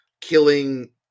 killing